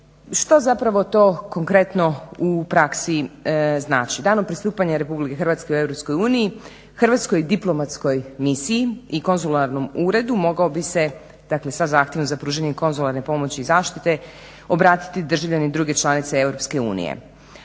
Što zapravo to konkretno u praksi znači. Danom pristupanja Republike Hrvatske u Europskoj uniji, Hrvatskoj diplomatskoj misiji i konzularnom uredu mogao bi se dakle sa zahtjevom za pružanjem konzularne pomoći i zaštite obratiti državljanin druge članice